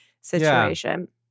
situation